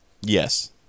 yes